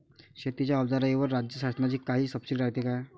शेतीच्या अवजाराईवर राज्य शासनाची काई सबसीडी रायते का?